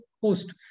post